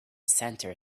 center